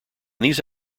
these